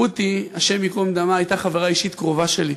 רותי, השם ייקום דמה, הייתה חברה אישית קרובה שלי.